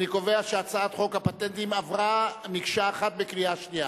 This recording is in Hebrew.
אני קובע שהצעת חוק הפטנטים עברה מקשה אחת בקריאה שנייה.